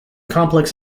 complex